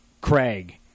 Craig